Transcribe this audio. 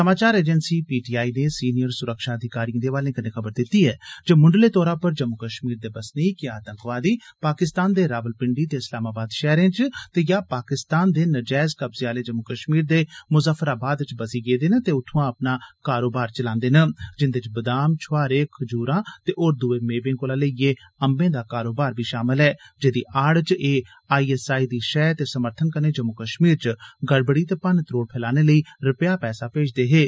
समाचार agency PTI नै senior सुरक्षा अधिकारिए दे हवाले कन्नै खबर दित्ती ऐ जे मुंडले तौरा पर जम्मू कश्मीर दे बसनीक एह् आतंकवादी पाकिस्तान दे रावल पिंडी ते इस्लामाबाद शैह्रें च ते जां पाकिस्तान दे नजैज़ कब्जे आले जम्मू कश्मीर दे मुज़फ्फराबाद च बसी गेदे न ते उत्थुआं अपना कारोबार चलांदे न जिंदे च बदाम छोआरे खजूरां ते होर दुए मेवें कोला लेइयै अम्बें दा कारोबार शामल ऐ जेह्दी आड़ च एह् आईएसआई दी शैह् ते समर्थन कन्नै जम्मू कश्मीर च गड़बड़ी ते भन्न त्रोड़ फैलाने लेई रपेआ पैहा मेजदे हे